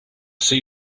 see